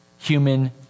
human